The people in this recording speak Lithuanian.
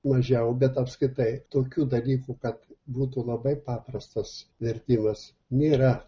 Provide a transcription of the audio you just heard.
mažiau bet apskritai tokių dalykų kad būtų labai paprastas vertimas nėra